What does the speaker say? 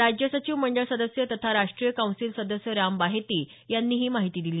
राज्य सचिव मंडळ सदस्य तथा राष्ट्रीय कौन्सिल सदस्य राम बाहेती यांनी ही माहिती दिली